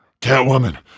Catwoman